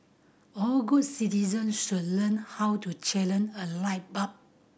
all good citizens should learn how to challenge a light bulb